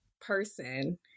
person